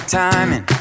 timing